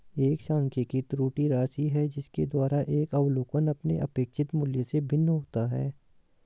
एक सांख्यिकी त्रुटि राशि है जिसके द्वारा एक अवलोकन अपने अपेक्षित मूल्य से भिन्न होता है